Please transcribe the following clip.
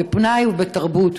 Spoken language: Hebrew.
בפנאי ובתרבות.